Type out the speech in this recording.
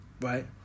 Right